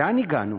לאן הגענו?